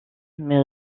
mais